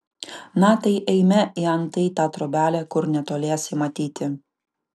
na tai eime į antai tą trobelę kur netoliese matyti